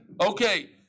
Okay